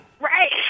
right